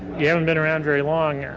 you haven't been around very long.